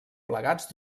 plegats